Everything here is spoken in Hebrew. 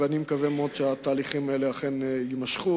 ואני מקווה מאוד שהתהליכים האלה אכן יימשכו.